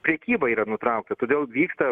prekyba yra nutraukta todėl vyksta